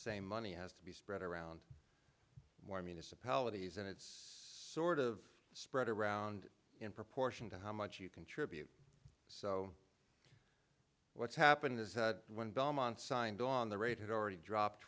same money has to be spread around more municipalities and it's sort of spread around in proportion to how much you contribute so what's happened is that when belmont signed on the rate it already dropped